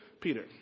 Peter